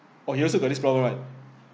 orh you also got this problem right